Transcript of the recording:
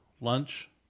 Lunch